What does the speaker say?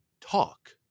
talk